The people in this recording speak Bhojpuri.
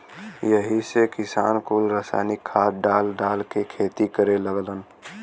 यही से किसान कुल रासायनिक खाद डाल डाल के खेती करे लगलन